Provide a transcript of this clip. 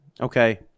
Okay